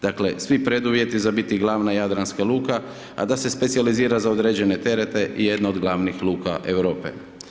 Dakle, svi preduvjeti za biti glavna jadranska luka, a da se specijalizira za određene trete je jedno od glavnih luka Europe.